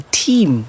team